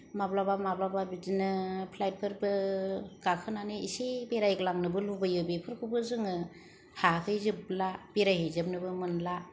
माब्लाबा माब्लाबा बिदिनो फ्लाइट फोरबो गाखोनानै इसे बेरायग्लांनोबो लुबैयो बेफोरखौबो जोङो हाहैजोबला बेरायहैजोबनोबो मोनला